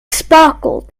sparkled